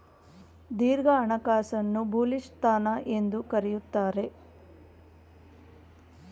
ದೀರ್ಘ ಹಣಕಾಸನ್ನು ಬುಲಿಶ್ ಸ್ಥಾನ ಎಂದು ಕರೆಯುತ್ತಾರೆ